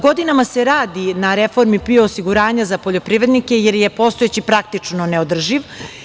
Godinama se radi na reformi PIO osiguranja za poljoprivrednike, jer je postojeći praktično neodrživ.